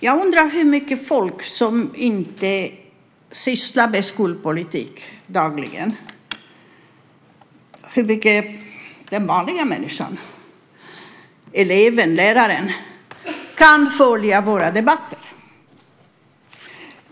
Jag undrar hur mycket folk som inte sysslar med skolpolitik dagligen - den vanliga människan, eleven och läraren - kan följa våra debatter.